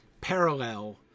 parallel